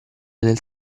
nel